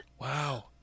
Wow